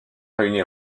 réunit